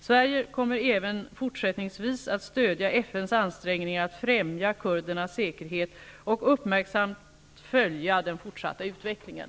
Sverige kommer även fortsättningsvis att stödja FN:s ansträngningar att främja kurdernas säkerhet och uppmärksamt följa den fortsatta utvecklingen.